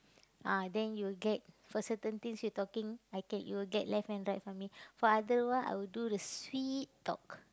ah then you get for certain things you talking I get you'll get left and right from me for other one I would do the sweet talk